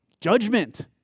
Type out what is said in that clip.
Judgment